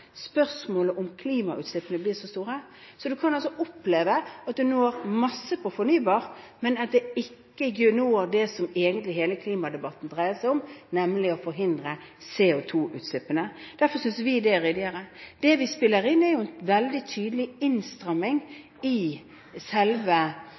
spørsmålet om klimautslippene blir så store. Man kan altså oppleve at man når masse når det gjelder fornybar, men at det ikke går å nå det som hele klimadebatten dreier seg om, nemlig å forhindre CO2-utslippene. Derfor synes vi det er ryddigere. Det vi spiller inn, er en veldig tydelig